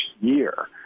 year